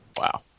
Wow